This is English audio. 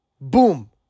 Boom